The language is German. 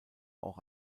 auch